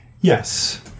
Yes